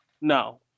no